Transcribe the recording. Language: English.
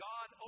God